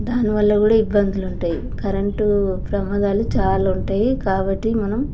దానివల్ల కూడా ఇబ్బందులు ఉంటాయి కరెంటు ప్రమాదాలు చాలా ఉంటాయి కాబట్టి మనం